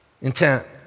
intent